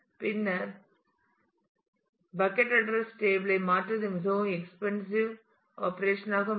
பின்னர் bucket address table ஐ மாற்றுவது மிகவும் எக்ஸ்பெண்சிவ் ஆப்ரேஷன் ஆக மாறும்